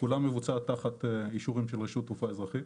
כולה מבוצעת תחת אישורים של רשות תעופה אזרחית.